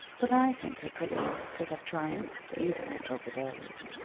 but i think her prettiness could have triumphed even over those.